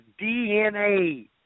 DNA